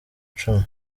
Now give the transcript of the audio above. icumi